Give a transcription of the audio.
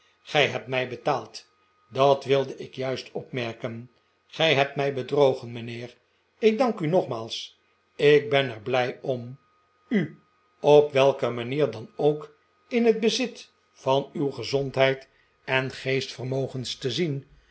gij hebt my betaald dat wilde ik juist opmerken gij hebt mij bedrogen mijnheer ik dank u nogmaals ik ben er blij om u op welke manier dan ook in het bezit van uw gezondheid en geestvermogens te zien